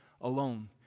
alone